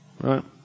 right